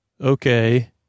Okay